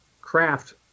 craft